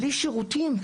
בלי שירותים,